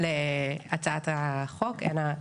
על סעיף (3) יש לי שאלה.